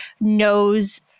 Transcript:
knows